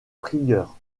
prieur